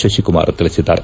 ಶತಿಕುಮಾರ್ ತಿಳಿಸಿದ್ದಾರೆ